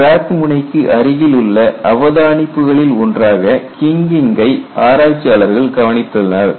crack முனைக்கு அருகிலுள்ள அவதானிப்புகளில் ஒன்றாக கின்கிங்கை ஆராய்ச்சியாளர்கள் கவனித்துள்ளனர்